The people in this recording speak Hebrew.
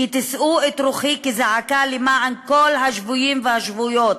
כי תישאו את רוחי כזעקה למען כל השבויים והשבויות,